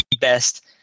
best